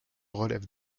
relève